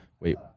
Wait